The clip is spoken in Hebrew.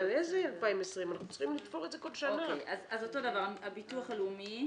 אז אותו הדבר הביטוח הלאומי